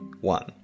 one